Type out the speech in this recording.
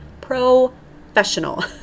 professional